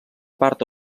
part